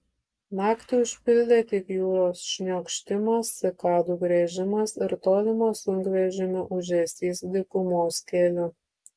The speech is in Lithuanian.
naktį užpildė tik jūros šniokštimas cikadų griežimas ir tolimas sunkvežimio ūžesys dykumos keliu